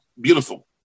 beautiful